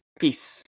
Peace